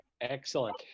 Excellent